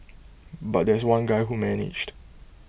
but there's one guy who managed